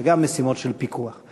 וגם משימות של פיקוח.